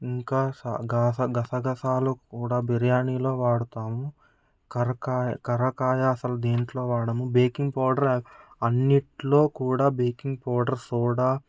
ఇంకా గాసగసాలు గసగసాలు కూడా బిర్యానీలో వాడుతాము కరకాయ కరక్కాయ దేంట్లో కూడా వాడము బేకింగ్ పౌడర్ అన్నింటిలో కూడా బేకింగ్ పౌడర్ సోడా